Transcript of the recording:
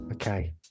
Okay